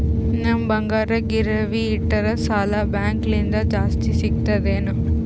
ನಮ್ ಬಂಗಾರ ಗಿರವಿ ಇಟ್ಟರ ಸಾಲ ಬ್ಯಾಂಕ ಲಿಂದ ಜಾಸ್ತಿ ಸಿಗ್ತದಾ ಏನ್?